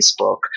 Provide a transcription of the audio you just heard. Facebook